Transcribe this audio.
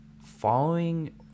Following